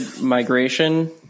migration